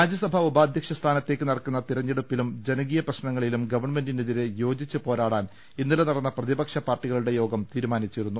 രാജ്യസഭാ ഉപാധ്യക്ഷ സ്ഥാനത്തേക്ക് നടക്കുന്ന തെരഞ്ഞെ ടുപ്പിലും ജനകീയ പ്രശ്നങ്ങളിലും ഗവൺമെന്റിനെതിരെ യോജിച്ച് പോരാടാൻ ഇന്നലെ നടന്ന പ്രതിപക്ഷ പാർട്ടികളുടെ യോഗം തീരു മാനിച്ചിരുന്നു